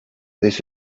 this